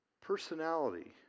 personality